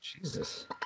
Jesus